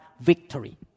victory